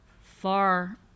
far